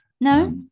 no